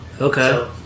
Okay